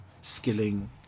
skilling